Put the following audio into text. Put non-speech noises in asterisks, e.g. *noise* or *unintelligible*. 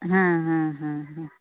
*unintelligible*